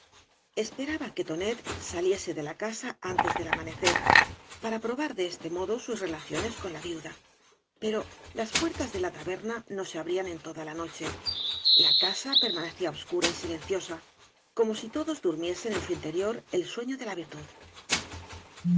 esperaba que tonet saliese de la casa antea del amanecer para probar de este modo sus relaciones con la viuda pero las puertas de la taberna no se abrían en toda la noche la casa permanecía obscura y silenciosa como si todos durmiesen en su interior el sueño de fe virtud